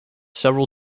several